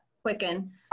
quicken